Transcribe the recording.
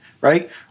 right